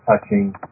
touching